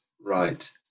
right